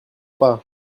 pas